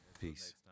Peace